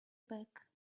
back